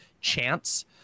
chance